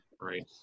Right